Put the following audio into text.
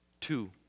Two